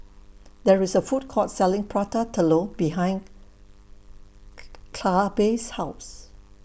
There IS A Food Court Selling Prata Telur behind Clabe's House